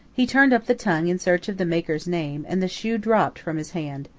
he turned up the tongue in search of the maker's name, and the shoe dropped from his hand.